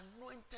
anointed